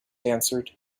answered